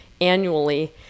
annually